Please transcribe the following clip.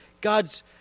God's